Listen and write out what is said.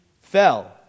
fell